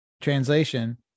translation